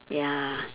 ya